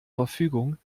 verfügung